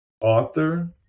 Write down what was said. author